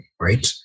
right